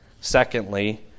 Secondly